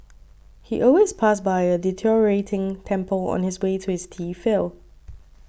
he always passed by a deteriorating temple on his way to his tea field